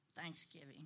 thanksgiving